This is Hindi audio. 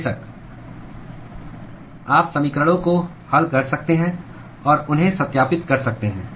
बेशक आप समीकरणों को हल कर सकते हैं और उन्हें सत्यापित कर सकते हैं